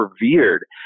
revered